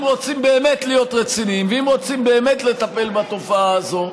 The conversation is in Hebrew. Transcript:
אם רוצים באמת להיות רציניים ואם רוצים באמת לטפל בתופעה הזו,